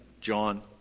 John